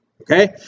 okay